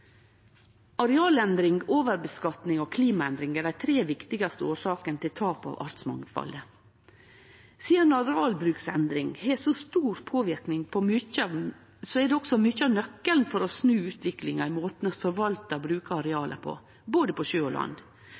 Arealendring, overutnytting og klimaendring er dei tre viktigaste årsakene til tap av artsmangfaldet. Sidan arealbruksendring har så stor påverknad, er det også mykje av nøkkelen for å snu utviklinga i måten vi forvaltar og bruker areal på, på både sjø og land.